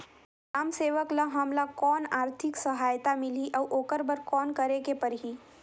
ग्राम सेवक ल हमला कौन आरथिक सहायता मिलही अउ ओकर बर कौन करे के परही?